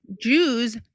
jews